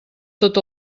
tot